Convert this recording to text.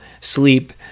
sleep